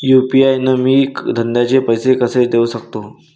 UPI न मी धंद्याचे पैसे कसे देऊ सकतो?